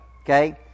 okay